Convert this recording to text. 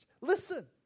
Listen